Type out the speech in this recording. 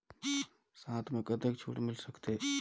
साथ म कतेक छूट मिल सकथे?